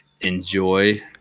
enjoy